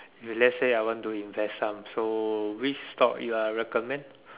if let's say I want to invest some so which stock you recommend